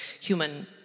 human